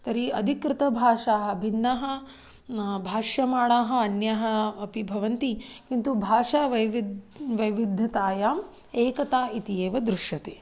तर्हि अधिकृतभाषाः भिन्नाः भाष्यमाणाः अन्याः अपि भवन्ति किन्तु भाषावैविध्यं वैविध्यतायाम् एकता इति एव दृश्यते